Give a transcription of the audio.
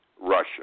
Russia